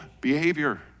behavior